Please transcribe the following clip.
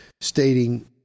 stating